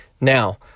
Now